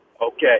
Okay